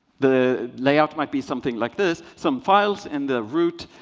the layout might be something like this. some files in the root,